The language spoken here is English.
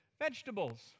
vegetables